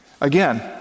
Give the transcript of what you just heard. Again